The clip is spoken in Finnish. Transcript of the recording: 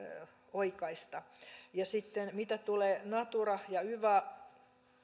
oikaista mitä tulee natura ja yva